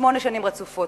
שמונה שנים רצופות?